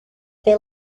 they